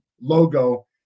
logo